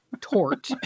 tort